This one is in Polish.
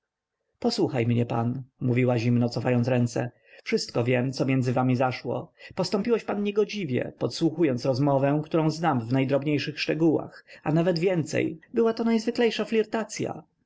posłuchaj mnie pan mówiła zimno cofając ręce wszystko wiem co między wami zaszło postąpiłeś pan niegodziwie podsłuchując rozmowę którą znam w najdrobniejszych szczegółach a nawet więcej była to najzwyklejsza flirtacya ach